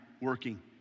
working